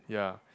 ya